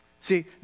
See